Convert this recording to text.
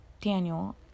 Daniel